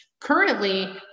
Currently